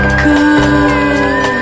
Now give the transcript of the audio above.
good